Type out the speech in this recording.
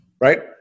right